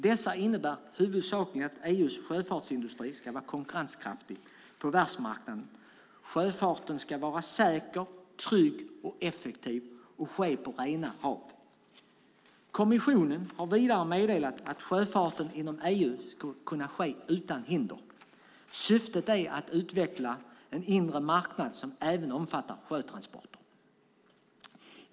Dessa innebär huvudsakligen att EU:s sjöfartsindustri ska vara konkurrenskraftig på världsmarknaden. Sjöfarten ska vara säker, trygg och effektiv samt ske på rena hav. Kommissionen har vidare meddelat att sjöfarten inom EU ska kunna ske utan hinder. Syftet är att utveckla en inre marknad som även omfattar sjötransporter.